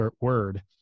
word